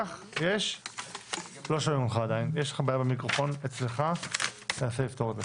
יש הנחה של שקילת שיקולי תחרות.